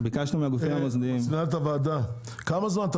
ביקשנו מהגופים המוסדיים --- כמה זמן אתה